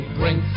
bring